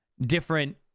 different